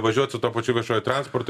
važiuot su tuo pačiu viešuoju transportu